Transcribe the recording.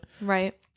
Right